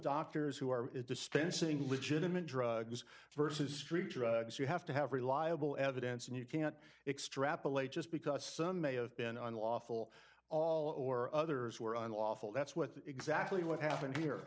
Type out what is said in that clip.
doctors who are distancing legitimate drugs versus street drugs you have to have reliable evidence and you can't extrapolate just because some may have been unlawful all or others were unlawful that's what exactly what happened here